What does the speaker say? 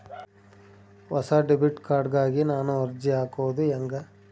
ಹೊಸ debit card ಗಾಗಿ ನಾನು ಅರ್ಜಿ ಹಾಕೊದು ಹೆಂಗ?